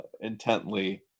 intently